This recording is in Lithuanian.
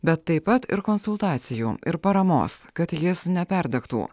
bet taip pat ir konsultacijų ir paramos kad jis neperdegtų